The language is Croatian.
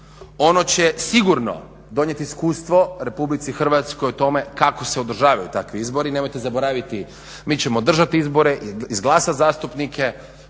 Ono će sigurno donijeti iskustvo Republici Hrvatskoj o tome kako se održavaju takvi izbori. Nemojte zaboraviti mi ćemo držati izbore, izglasat zastupnike,